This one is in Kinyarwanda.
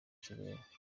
kirere